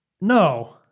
No